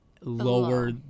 lower